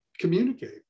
communicate